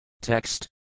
Text